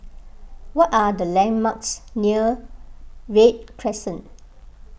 what are the landmarks near Read Crescent